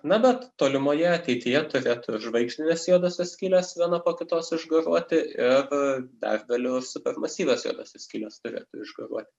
na bet tolimoje ateityje turėtų žvaigždinės juodosios skylės viena po kitos išgaruoti ir dar galiu super masyvios juodosios skylės turėtų išgaruoti